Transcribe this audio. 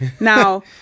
Now